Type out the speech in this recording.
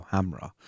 Hamra